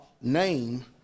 name